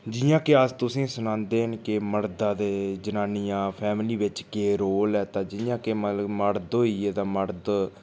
जि'यां कि अस तुसेंगी सनांदे न के मरदै दे जनानियां फैमिली बिच्च केह् रोल ऐ ते जि'यां के मतलब मरद होई गे तां मड़द